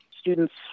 Students